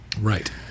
right